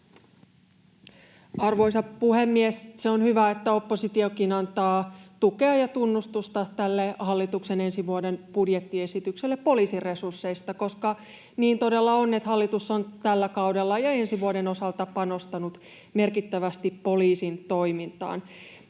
Arvoisa puhemies! Se on hyvä, että oppositiokin antaa tukea ja tunnustusta tälle hallituksen ensi vuoden budjettiesitykselle poliisin resursseista, koska niin todella on, että hallitus on tällä kaudella ja ensi vuoden osalta panostanut merkittävästi poliisin toimintaan.